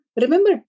remember